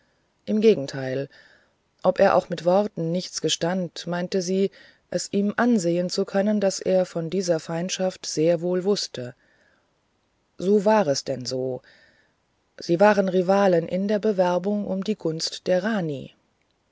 im gegenteil ob er auch mit worten nichts gestand meinte sie es ihm ansehen zu können daß er von dieser feindschaft sehr wohl wußte so war es denn so sie waren rivalen in der bewerbung um die gunst der rani